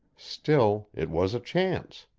still it was a chance.